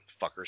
fuckers